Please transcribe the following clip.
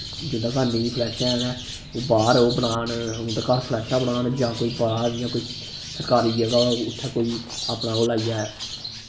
जुन्दे घर नेईं फ्लैश हैन न ओह् बाह्र ओह् बनान उं'दे घर फ्लैशां बनान जां कोई बड़ा इ'यां कोई सरकारी जगह होऐ उत्थै कोई अपना ओह् लाइयै